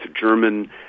german